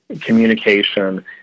communication